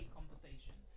conversation